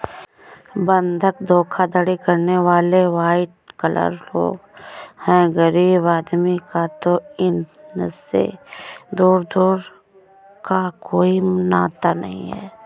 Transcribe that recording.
बंधक धोखाधड़ी करने वाले वाइट कॉलर लोग हैं गरीब आदमी का तो इनसे दूर दूर का कोई नाता नहीं है